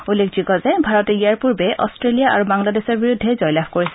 উল্লেখযোগ্য যে ভাৰতে ইয়াৰ পূৰ্বে অষ্ট্ৰেলিয়া আৰু বাংলাদেশৰ বিৰুদ্ধে জয়লাভ কৰিছিল